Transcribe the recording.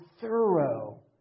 thorough